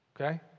Okay